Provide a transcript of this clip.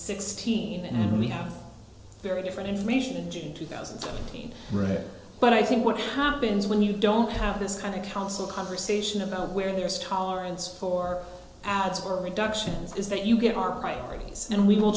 sixteen and we have very different information in june two thousand and rare but i think what happens when you don't have this kind of council conversation about where there is tolerance for ads or reductions is that you get our priorities and we will